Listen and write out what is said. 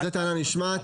זו טענה נשמעת.